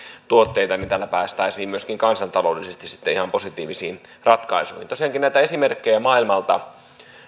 tuotteita niin tällä päästäisiin myöskin kansantaloudellisesti ihan positiivisiin ratkaisuihin tosiaankin näitä esimerkkejä maailmalta